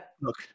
Look